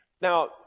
Now